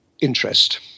interest